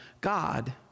God